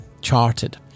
charted